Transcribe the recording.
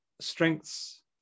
strengths